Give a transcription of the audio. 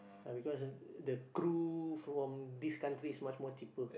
uh because ah the the crew from these countries much more cheaper